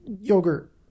yogurt